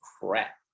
crap